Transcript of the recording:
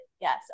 Yes